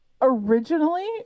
originally